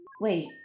Wait